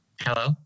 Hello